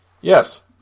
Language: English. yes